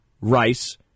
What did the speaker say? Rice